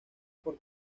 por